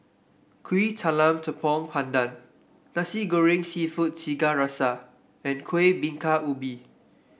Kuih Talam Tepong Pandan Nasi Goreng seafood Tiga Rasa and Kuih Bingka Ubi